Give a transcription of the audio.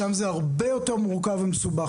שם זה הרבה יותר מורכב ומסובך.